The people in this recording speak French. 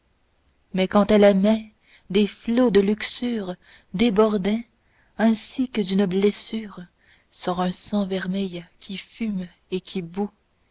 mais quand elle aimait des flots de luxure débordaient ainsi que d'une blessure sort un sang vermeil qui fume et qui